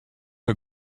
her